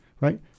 right